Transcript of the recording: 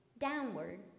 downward